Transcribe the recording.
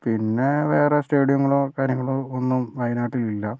പിന്നെ വേറെ സ്റ്റേഡിയങ്ങളോ കാര്യങ്ങളോ ഒന്നും വയനാട്ടിൽ ഇല്ല